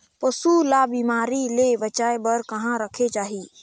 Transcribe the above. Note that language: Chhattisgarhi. पशु ला बिमारी ले बचाय बार कहा रखे चाही?